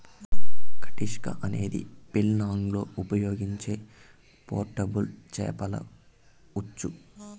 కటిస్కా అనేది ఫిన్లాండ్లో ఉపయోగించే పోర్టబుల్ చేపల ఉచ్చు